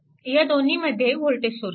ह्या दोन्हीमध्ये voltage source आहे